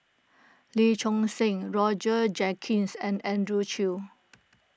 Lee Choon Seng Roger Jenkins and Andrew Chew